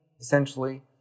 essentially